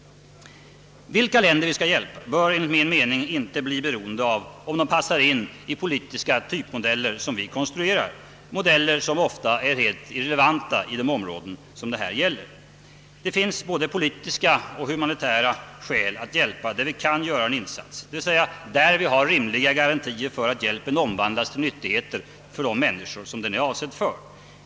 Vilka länder vi skall hjälpa bör enligt min mening inte bli beroende av om dessa länder passar in i de politiska typmodeller som vi konstruerar, modeller som bygger på värderingar vilka ofta är helt irrelevanta i de områden det gäller. Det finns både politiska och humanitära skäl att hjälpa där vi kan göra en insats, d.v.s. där vi har rimliga garantier för att hjälpen omvandlas till nyttigheter för de människor som den är avsedd för.